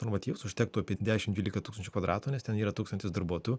normatyvus užtektų apie dešim dvylika tūkstančių kvadratų nes ten yra tūkstantis darbuotojų